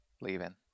leaving